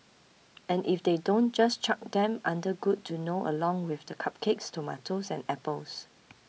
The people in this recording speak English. and if they don't just chuck them under good to know along with the cupcakes tomatoes and apples